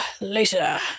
later